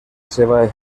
seva